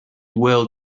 will